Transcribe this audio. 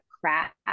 craft